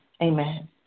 Amen